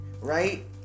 right